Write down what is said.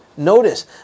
Notice